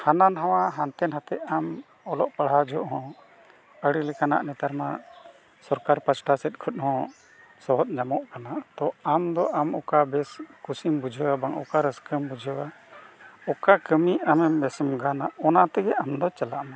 ᱦᱟᱱᱟ ᱱᱟᱣᱟ ᱦᱟᱱᱛᱮᱱ ᱦᱟᱛᱮ ᱟᱢ ᱚᱞᱚᱜ ᱯᱟᱲᱦᱟᱣ ᱡᱚᱦᱚᱜ ᱦᱚᱸ ᱟᱹᱰᱤ ᱞᱮᱠᱟᱱᱟᱜ ᱱᱮᱛᱟᱨ ᱢᱟ ᱥᱚᱨᱠᱟᱨ ᱯᱟᱥᱴᱟ ᱥᱮᱫ ᱠᱷᱚᱱ ᱦᱚᱸ ᱥᱚᱦᱚᱫ ᱧᱟᱢᱚᱜ ᱠᱟᱱᱟ ᱛᱚ ᱟᱢᱫᱚ ᱟᱢ ᱚᱠᱟ ᱵᱮᱥ ᱠᱩᱥᱤᱢ ᱵᱩᱡᱷᱟᱹᱣᱟ ᱵᱟᱝ ᱚᱠᱟ ᱨᱟᱹᱥᱠᱟᱹᱢ ᱵᱩᱡᱷᱟᱹᱣᱟ ᱚᱠᱟ ᱠᱟᱹᱢᱤ ᱟᱢᱮᱢ ᱵᱮᱥᱮᱢ ᱜᱟᱱᱟ ᱚᱱᱟ ᱛᱮᱜᱮ ᱟᱢ ᱫᱚ ᱪᱟᱞᱟᱜ ᱢᱮ